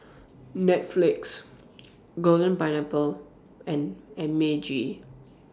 Netflix Golden Pineapple and M A G